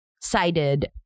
sided